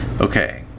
okay